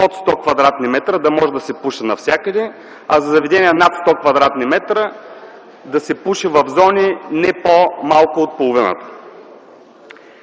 под 100 кв. м да може да се пуши навсякъде, а за заведения над 100 кв. м да се пуши в зони не по-малко от половината.